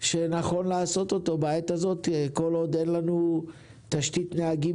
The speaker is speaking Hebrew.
שנכון לעשות אותו בעת הזאת כל עוד אין לנו תשתית נהגים